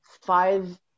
five